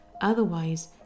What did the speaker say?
otherwise